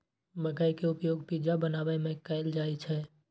मकइ के उपयोग पिज्जा बनाबै मे कैल जाइ छै